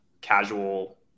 casual